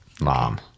Mom